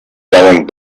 selling